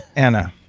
anna,